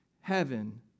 heaven